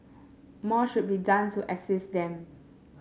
more should be done to assist them